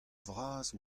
vras